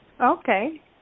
Okay